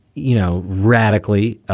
you know, radically,